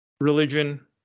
religion